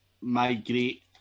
migrate